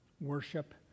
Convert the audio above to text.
worship